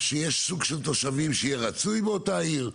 שיש סוג של תושבים שיהיה רצוי באותה עיר,